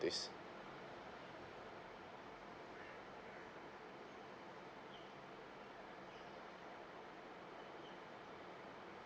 this